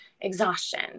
exhaustion